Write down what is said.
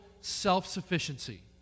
self-sufficiency